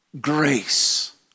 grace